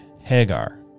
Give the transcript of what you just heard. Hagar